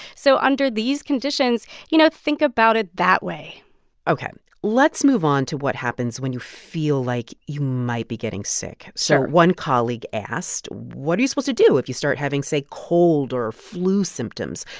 so under these conditions, you know, think about it that way ok. let's move on to what happens when you feel like you might be getting sick sure so one colleague asked, what are you supposed to do if you start having, say, cold or flu symptoms?